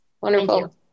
Wonderful